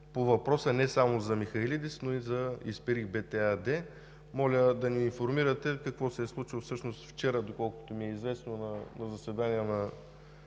по въпроса не само за „Михайлидис“, но и за „Исперих-БТ“ АД. Моля да ни информирате какво се е случило всъщност вчера – доколкото ми е известно, на заседание на